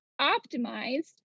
optimized